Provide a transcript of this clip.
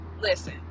listen